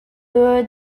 poor